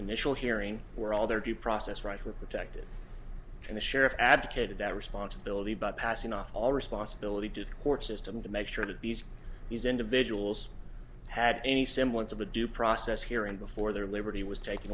initial hearing were all their due process rights were protected and the sheriff abdicated that responsibility but passing off all responsibility to the court system to make sure that these these individuals had any semblance of a due process here and before their liberty was taken